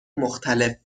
مختلف